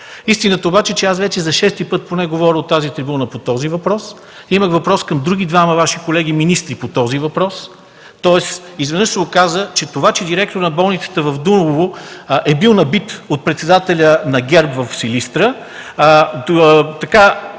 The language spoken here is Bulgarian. Истината обаче е, че вече за шести път поне говоря от тази трибуна по този въпрос, имах и въпроси към други двама Ваши колеги министри по въпроса. Тоест изведнъж се оказва, че директорът на болницата в Дулово е бил набит от председателя на ГЕРБ в Силистра, а